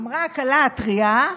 אמרה הכלה הטרייה: